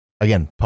again